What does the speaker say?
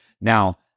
Now